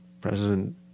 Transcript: president